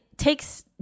takes